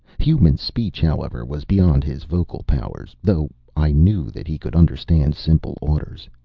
human speech, however, was beyond his vocal powers, though i knew that he could understand simple orders.